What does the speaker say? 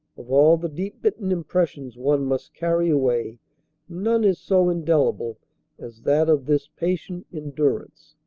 of all the deep-bitten impressions one must carry away none is so indelible as that of this patient endurance,